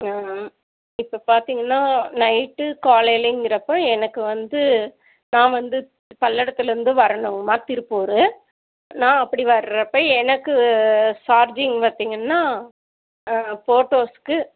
ம் ம் இப்போ பார்த்தீங்கன்னா நைட்டு காலையிலங்குறப்போ எனக்கு வந்து நான் வந்து பல்லடத்துலேருந்து வரணுங்கம்மா திருப்பூரு நான் அப்படி வர்றப்போ எனக்கு சார்ஜிங் பார்த்தீங்கன்னா ஃபோட்டோஸ்க்கு